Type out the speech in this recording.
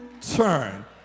turn